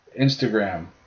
Instagram